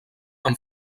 amb